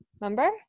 Remember